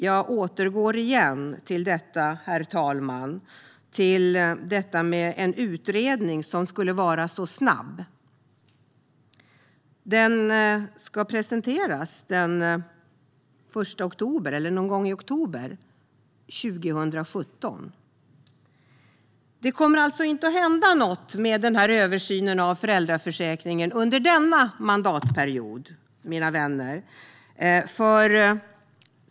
Jag återkommer nu igen till detta med en utredning som skulle vara så snabb. Den ska presenteras någon gång i oktober 2017. Det kommer alltså inte att hända något med översynen av föräldraförsäkringen under denna mandatperiod, mina vänner.